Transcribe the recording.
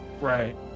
Right